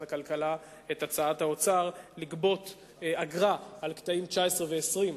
הכלכלה את הצעת האוצר לגבות אגרה על קטעים 19 ו-20,